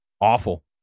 awful